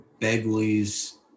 Begley's